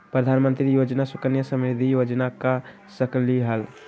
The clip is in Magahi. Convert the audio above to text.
प्रधानमंत्री योजना सुकन्या समृद्धि योजना कर सकलीहल?